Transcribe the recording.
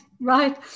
Right